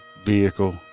vehicle